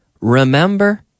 remember